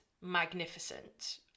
magnificent